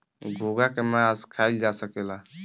घोंघा के मास खाइल जा सकेला